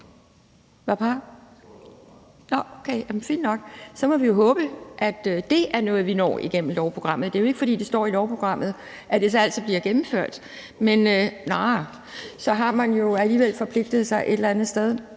Så må vi jo håbe, at det er noget, vi når igennem lovprogrammet. Det er jo ikke, fordi det står i lovprogrammet, at det så altid bliver gennemført (Erhvervsministeren: Jo). Næh, men så har man jo alligevel forpligtet sig et eller andet sted.